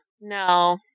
No